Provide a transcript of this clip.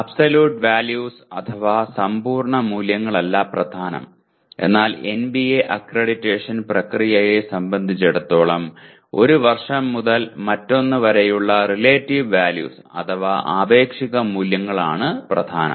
absolute values അഥവാ സമ്പൂർണ്ണ മൂല്യങ്ങളല്ല പ്രധാനം എന്നാൽ എൻബിഎ അക്രഡിറ്റേഷൻ പ്രക്രിയയെ സംബന്ധിച്ചിടത്തോളം ഒരു വർഷം മുതൽ മറ്റൊന്ന് വരെയുള്ള റിലേറ്റീവ് വാല്യൂസ് അഥവാ ആപേക്ഷിക മൂല്യങ്ങളാണ് പ്രധാനം